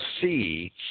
see